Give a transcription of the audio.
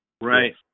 Right